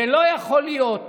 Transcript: לא יכול להיות